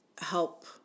help